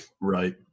Right